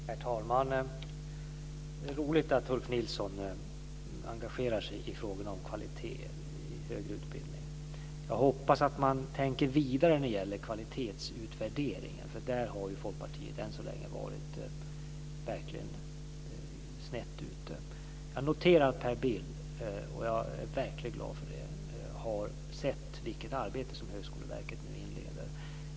Herr talman! Det är roligt att Ulf Nilsson engagerar sig i frågan om kvalitet i högre utbildning. Jag hoppas att man tänker vidare när det gäller kvalitetsutvärderingen, för där har Folkpartiet än så länge varit verkligen snett ute. Jag noterar att Per Bill - och jag är verkligen glad för det - har sett vilket arbete som Högskoleverket nu inleder.